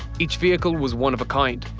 each vehicle was one of a kind,